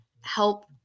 help